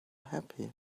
happy